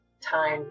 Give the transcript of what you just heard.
Time